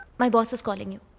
my boss is calling you.